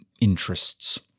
interests